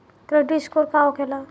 Credit score का होखेला?